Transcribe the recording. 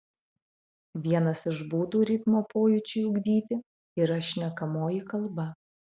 vienas iš būdų ritmo pojūčiui ugdyti yra šnekamoji kalba